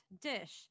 dish